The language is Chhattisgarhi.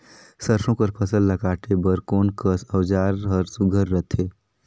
सरसो कर फसल ला काटे बर कोन कस औजार हर सुघ्घर रथे?